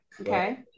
Okay